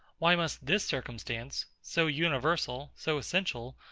why must this circumstance, so universal, so essential,